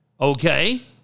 Okay